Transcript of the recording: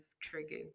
triggered